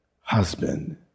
husband